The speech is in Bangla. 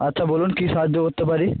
আচ্ছা বলুন কী সাহায্য করতে পারি